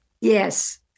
Yes